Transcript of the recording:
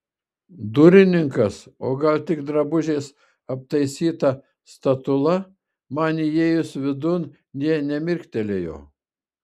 durininkas o gal tik drabužiais aptaisyta statula man įėjus vidun nė nemirktelėjo